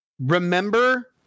remember